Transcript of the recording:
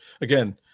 again